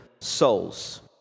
souls